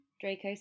Draco